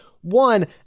One